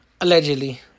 Allegedly